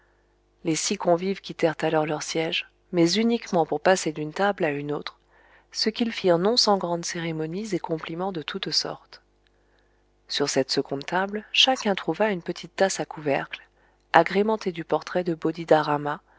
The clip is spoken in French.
les six convives quittèrent alors leur siège mais uniquement pour passer d'une table à une autre ce qu'ils firent non sans grandes cérémonies et compliments de toutes sortes sur cette seconde table chacun trouva une petite tasse à couvercle agrémentée du portrait de